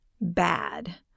Bad